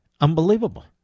Unbelievable